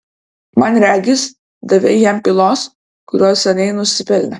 man regis davei jam pylos kurios seniai nusipelnė